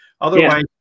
Otherwise